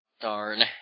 Darn